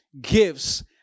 gifts